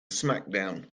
smackdown